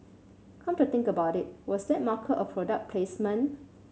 come to think about it was that marker a product placement